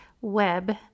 Web